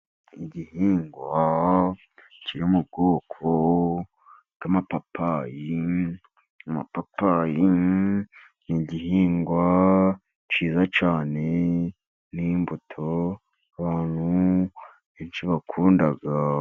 Igihingwa kiri mu bwoko bw'amapapayi. Amapapayi ni igihingwa cyiza cyane ni imbuto abantu benshi bakunda.